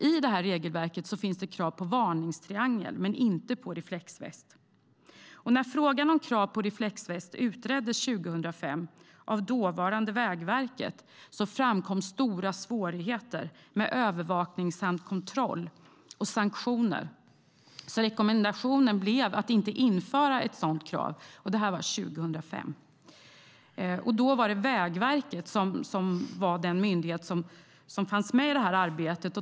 I regelverket finns krav på varningstriangel men inte på reflexväst. När frågan om krav på reflexväst utreddes 2005 av dåvarande Vägverket framkom stora svårigheter med övervakning samt kontroll och sanktioner. Rekommendationen blev att inte införa ett sådant krav. Detta var 2005. Då var det Vägverket som var den myndighet fanns med i arbetet.